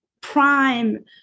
prime